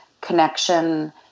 connection